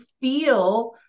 feel